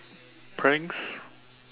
pranks